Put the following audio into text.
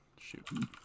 Shoot